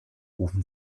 rufen